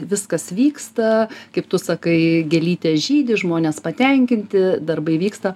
viskas vyksta kaip tu sakai gėlytės žydi žmonės patenkinti darbai vyksta